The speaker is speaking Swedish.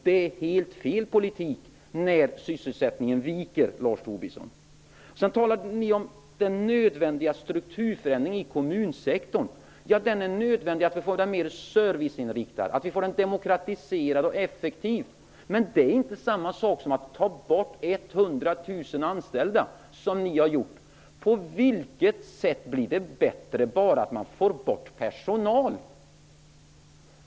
Det är fel politik när sysselsättningen viker, Lars Tobisson. Sedan talar ni om den nödvändiga strukturförändringen i kommunsektorn. Ja, förändringar är nödvändiga för att få verksamheten mera serviceinriktad, för att få den demokratiserad och effektiv. Men det är inte samma sak som att ta bort 100 000 anställda, som ni har gjort. På vilket sätt blir det bättre bara man får bort personal?